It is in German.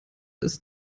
ist